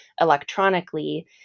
electronically